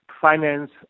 finance